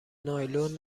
نایلون